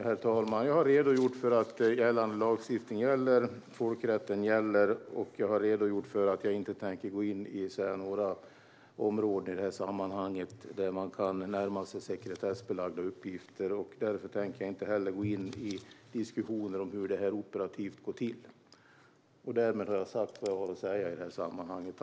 Herr talman! Jag har redogjort för gällande lagstiftning och att folkrätten gäller, och jag har redogjort för att jag inte tänker gå in på några områden i sammanhanget där man kan närma sig sekretessbelagda uppgifter. Därför tänker jag inte heller gå in i diskussioner om hur detta operativt går till. Därmed har jag sagt vad jag har att säga i sammanhanget.